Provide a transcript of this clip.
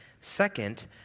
Second